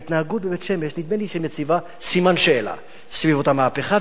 ההתנהגות בבית-שמש נדמה לי שמציבה סימן שאלה סביב אותה מהפכה,